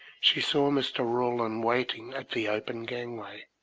she saw mr. ralland waiting at the open gangway,